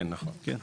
כן, נכון.